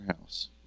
house